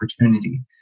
opportunity